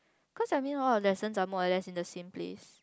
cause I mean all the lessons are more or less in the same place